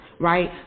Right